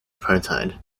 apartheid